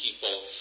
people